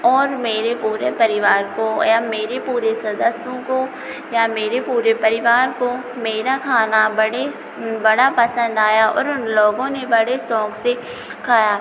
और मेरे पूरे परिवार को या मेरे पूरे सदस्यों को या मेरे पूरे परिवार को मेरा खाना बड़े बड़ा पसंद आया और उन लोगों ने बड़े शौक़ से खाया